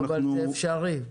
זה אפשרי.